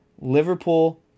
Liverpool